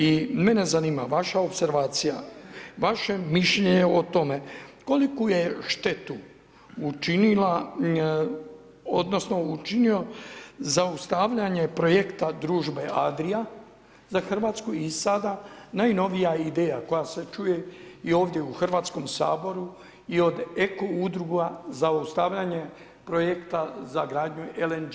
I mene zanima vaša opservacija, vaše mišljenje o tome koliku je štetu učinila odnosno učinio zaustavljanje projekta družbe Adria za Hrvatsku i sada najnovija ideja koja se čuje i ovdje u Hrvatskom saboru i od eko udruga, zaustavljanje projekta za izgradnju LNG terminala.